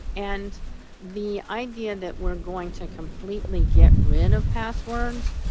and the idea that we are going to completely get rid of passwords,